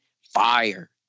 Fire